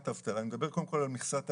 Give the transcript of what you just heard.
אני מדבר קודם כל לגבי מכסת הימים,